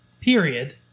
Period